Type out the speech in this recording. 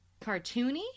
cartoony